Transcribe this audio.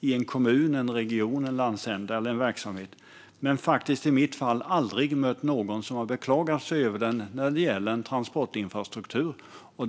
i en kommun, en region, en landsända eller en verksamhet. Men jag har faktiskt aldrig mött någon som har beklagat sig över den när det gäller transportinfrastruktur.